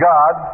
God